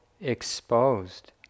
exposed